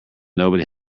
nobody